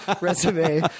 resume